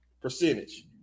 percentage